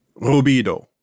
Rubido